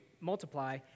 multiply